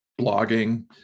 blogging